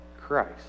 Christ